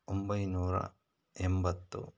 ಒಂಬೈನೂರ ಎಂಬತ್ತು